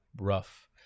Rough